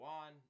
on